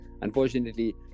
unfortunately